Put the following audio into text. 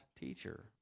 teacher